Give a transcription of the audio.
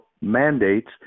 mandates